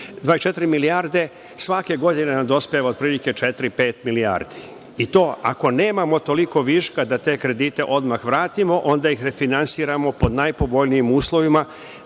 24 milijarde, svake godine nam dospeva otprilike 4,5 milijardi i to ako nemamo toliko viška da te kredite odmah vratimo, onda ih refinansiramo pod najpovoljnijim uslovima,